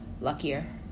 luckier